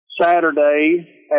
Saturday